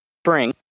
spring